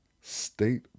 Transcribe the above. state